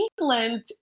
england